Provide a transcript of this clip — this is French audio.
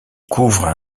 couvrent